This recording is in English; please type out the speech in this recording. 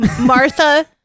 martha